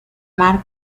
mar